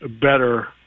better